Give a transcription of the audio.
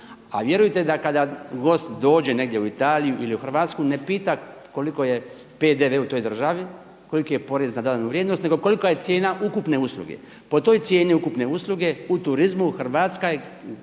A vjerujte da kada gost dođe negdje u Italiju ili u Hrvatsku ne pita koliko je PDV u toj državi, koliki je porez na dodanu vrijednost, nego kolika je cijena ukupne usluge. Po toj cijeni ukupne usluge u turizmu Hrvatska je